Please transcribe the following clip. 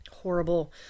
horrible